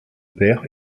père